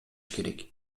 керек